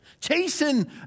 chasing